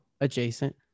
adjacent